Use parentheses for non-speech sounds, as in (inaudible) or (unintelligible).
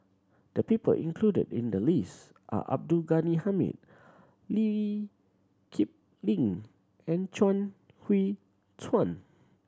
the people included in the list are Abdul Ghani Hamid Lee (unintelligible) Kip Lin and Chuang Hui Tsuan